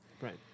Right